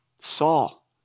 Saul